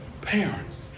Parents